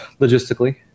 logistically